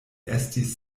estis